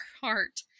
heart